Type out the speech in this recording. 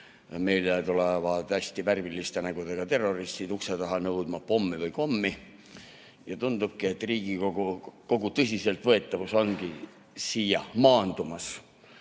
Meile tulevad hästi värviliste nägudega terroristid ukse taha nõudma pommi või kommi. Tundub, et kogu Riigikogu tõsiselt võetavus ongi siia maandumas. Jah,